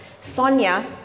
Sonia